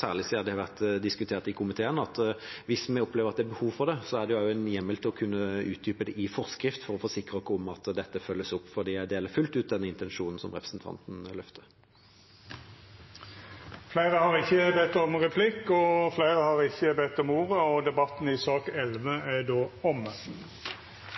særlig siden det har vært diskutert i komiteen, at hvis vi opplever at det er behov for det, er det også en hjemmel for å utdype det i forskrift, for å forsikre oss om at dette følges opp – for jeg deler fullt ut den intensjonen som representanten løfter. Replikkordskiftet er avslutta. Fleire har ikkje bedt om ordet til sak nr. 11. Sakene nr. 12 og 13 vert behandla saman. Etter ønske frå utanriks- og forsvarskomiteen vil presidenten ordna debatten